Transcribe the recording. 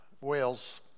Wales